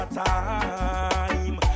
time